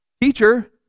Teacher